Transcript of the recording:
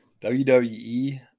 WWE